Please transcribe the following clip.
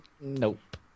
Nope